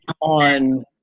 on